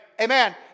Amen